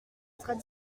contrats